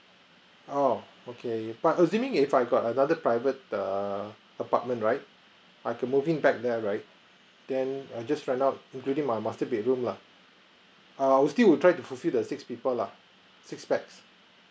oh okay but assuming if I got another private err apartment right I can move in back there right then I just rent out including my master bedroom lah err I will still will try to fulfill the six people lah six pax